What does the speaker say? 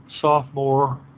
sophomore